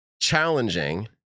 challenging